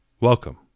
Welcome